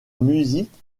musique